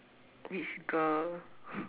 which girl